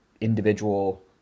individual